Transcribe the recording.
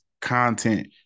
content